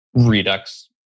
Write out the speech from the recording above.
Redux